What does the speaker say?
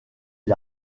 est